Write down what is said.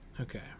Okay